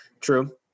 True